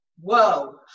Whoa